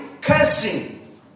cursing